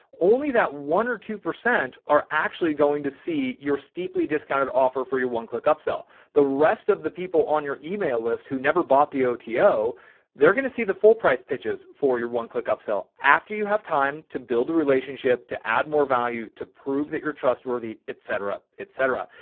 only that one or two percent are actually going to see your steeply discounted offer for your oneclickupsell the rest of the people on your email list, who never bought the oto. they're going to see the full price pitches for your oneclickupsell. after you have time to build a relationship, to add more value, to prove that you're trustworthy, et cetera, et cetera.